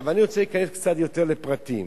אני רוצה להיכנס קצת יותר לפרטים,